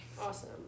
Awesome